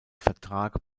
vertrag